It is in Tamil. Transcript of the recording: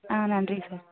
ஆ நன்றி சார்